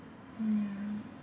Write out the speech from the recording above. ya